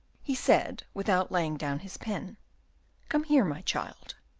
he said, without laying down his pen come here, my child.